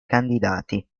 candidati